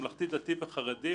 ממלכתי דתי וחרדי חובה בדין?